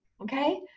okay